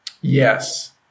Yes